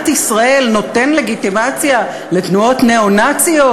ישראל נותן לגיטימציה לתנועות ניאו-נאציות?